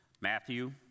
Matthew